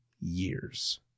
years